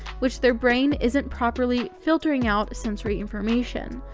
which their brain isn't properly filtering out sensory information.